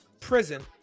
prison